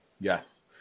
Yes